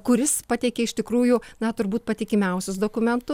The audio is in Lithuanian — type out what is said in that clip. kuris pateikia iš tikrųjų na turbūt patikimiausius dokumentu